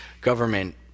government